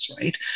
right